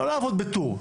לא לעבוד בטור,